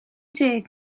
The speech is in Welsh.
deg